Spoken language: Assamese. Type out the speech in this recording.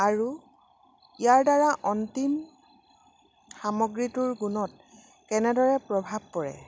আৰু ইয়াৰ দ্বাৰা অন্তিম সামগ্ৰীটোৰ গুণত কেনেদৰে প্ৰভাৱ পৰে